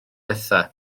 bethau